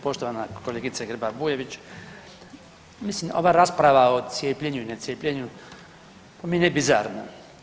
Poštovana kolegice Grba-Bujević mislim ova rasprava o cijepljenju, necijepljenju po meni je bizarna.